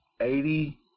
eighty